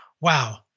wow